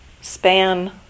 span